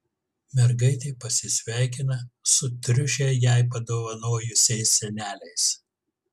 mergaitė pasisveikina su triušę jai padovanojusiais seneliais